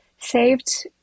Saved